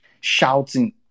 shouting